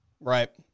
Right